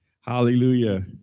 Hallelujah